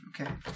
Okay